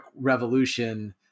Revolution